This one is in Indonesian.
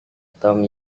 tom